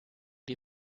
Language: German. die